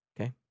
Okay